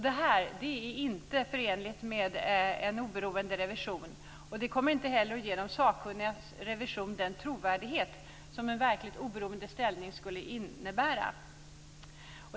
Det är inte förenligt med en oberoende revision, och det kommer inte att ge de sakkunnigas revision den trovärdighet som en verkligt oberoende ställning skulle innebära.